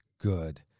good